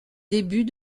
début